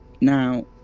Now